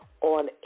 on